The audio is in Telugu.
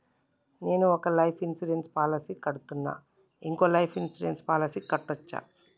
నేను ఒక లైఫ్ ఇన్సూరెన్స్ పాలసీ కడ్తున్నా, ఇంకో లైఫ్ ఇన్సూరెన్స్ పాలసీ కట్టొచ్చా?